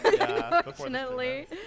unfortunately